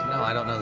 i don't